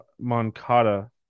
Moncada